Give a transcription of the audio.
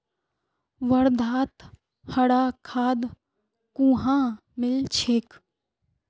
वर्धात हरा खाद कुहाँ मिल छेक